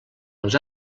els